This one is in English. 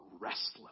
restless